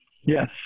Yes